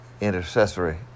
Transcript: intercessory